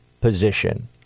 position